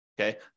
okay